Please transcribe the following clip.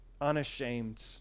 unashamed